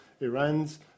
Iran's